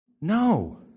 No